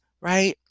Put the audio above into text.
right